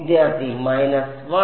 വിദ്യാർത്ഥി മൈനസ് 1